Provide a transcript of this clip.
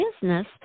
business